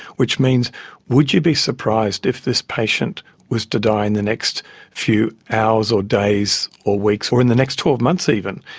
which means would you be surprised if this patient was to die in the next few hours or days or weeks or in the next twelve months even.